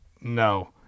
No